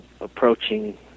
approaching